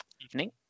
evening